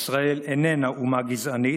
ישראל איננה אומה גזענית,